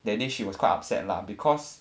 that day she was quite upset lah because